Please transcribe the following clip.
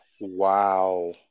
Wow